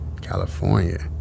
California